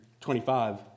25